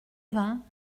vingts